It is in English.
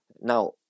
Now